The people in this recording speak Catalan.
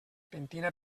pentina